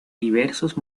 diversos